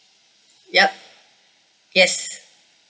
yup yes